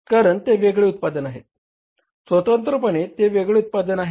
कारण ते वेगळे उत्पादन आहे स्वतंत्रपणे ते वेगळे उत्पादन आहेत